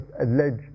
alleged